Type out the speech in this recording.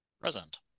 present